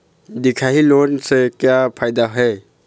दिखाही लोन से का फायदा हे?